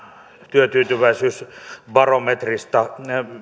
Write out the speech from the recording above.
työtyytyväisyysbarometrissa